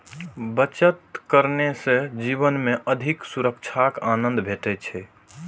बचत करने सं जीवन मे अधिक सुरक्षाक आनंद भेटै छै